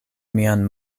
mian